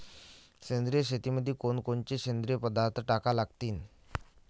सेंद्रिय शेतीमंदी कोनकोनचे सेंद्रिय पदार्थ टाका लागतीन?